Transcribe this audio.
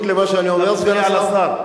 סגן שר האוצר,